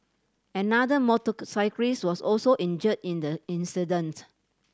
another motorcyclist was also injured in the incident